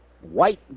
white